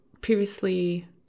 previously